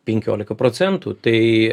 penkioliką procentų tai